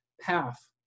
path